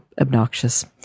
Obnoxious